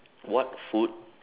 what food